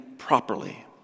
properly